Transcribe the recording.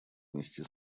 внести